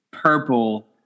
Purple